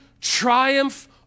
triumph